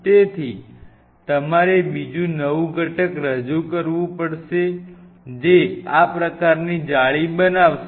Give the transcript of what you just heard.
તેથી તમારે બીજું નવું ઘટક રજૂ કરવું પડશે જે આ પ્રકારની જાળી બનાવશે